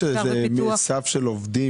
יש איזה סף של עובדים,